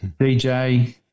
DJ